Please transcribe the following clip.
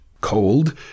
cold